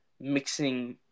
mixing